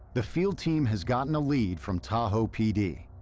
the field team has gotten a lead from tahoe pd,